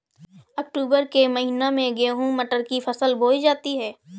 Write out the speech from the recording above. अक्टूबर के महीना में गेहूँ मटर की फसल बोई जाती है